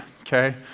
okay